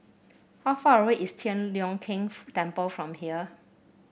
how far away is Tian Leong Keng Temple from here